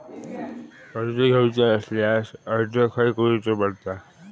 कर्ज घेऊचा असल्यास अर्ज खाय करूचो पडता?